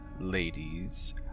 ladies